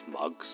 mugs